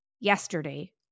yesterday